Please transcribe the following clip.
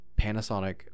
Panasonic